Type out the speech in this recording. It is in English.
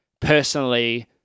personally